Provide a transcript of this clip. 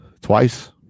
Twice